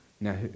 Now